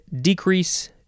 decrease